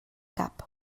cap